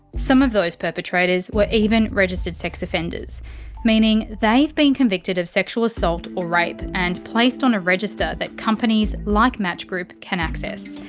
some of those perpetrators were even registered sex offenders meaning they've been convicted of sexual assault or rape, and placed on a register that companies like match group can access.